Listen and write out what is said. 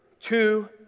Two